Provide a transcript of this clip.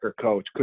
coach